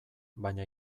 baina